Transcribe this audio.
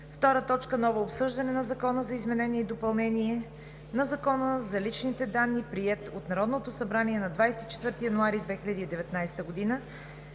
2019 г. 2. Ново обсъждане на Закона за изменение и допълнение на Закона за личните данни, приет от Народното събрание на 24 януари 2019 г.,